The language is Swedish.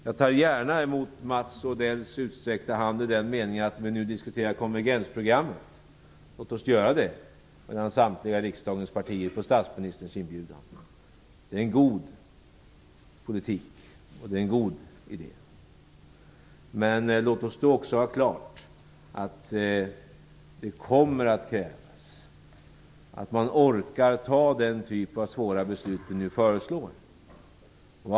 Jag tar gärna emot Mats Odells utsträckta hand i den meningen att vi nu diskuterar konvergensprogrammet. Låt oss göra det mellan samtliga riksdagens partier, på statsministerns inbjudan. Det är en god politik, och det är en god idé. Men låt oss då också ha klart för oss att det kommer att krävas att man orkar fatta den typ av svåra beslut som vi föreslår.